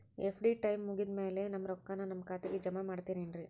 FD time ಮುಗಿದಾದ್ ಮ್ಯಾಲೆ ನಮ್ ರೊಕ್ಕಾನ ನಮ್ ಖಾತೆಗೆ ಜಮಾ ಮಾಡ್ತೇರೆನ್ರಿ?